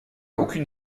aucune